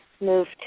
moved